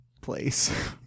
place